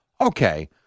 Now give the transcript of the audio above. okay